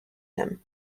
him